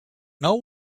know